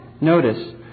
Notice